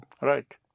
Right